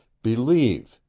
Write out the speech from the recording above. believe,